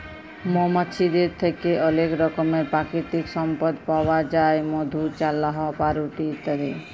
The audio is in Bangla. মমাছিদের থ্যাকে অলেক রকমের পাকিতিক সম্পদ পাউয়া যায় মধু, চাল্লাহ, পাউরুটি ইত্যাদি